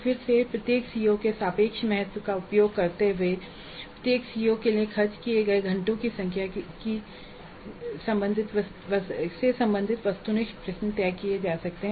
फिर से प्रत्येक सीओ के सापेक्ष महत्व का उपयोग करते हुए प्रत्येक सीओ के लिए खर्च किए गए घंटों की संख्या की संख्या सीओ से संबंधित वस्तुनिष्ठ प्रश्न तय किए जा सकते हैं